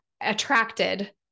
attracted